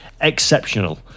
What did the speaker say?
exceptional